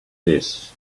this